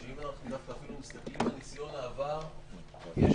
שאם אנחנו מסתכלים אפילו על ניסיון העבר יש